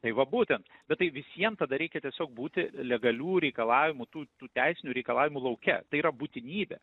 tai va būtent bet tai visiem tada reikia tiesiog būti legalių reikalavimų tų tų teisinių reikalavimų lauke tai yra būtinybė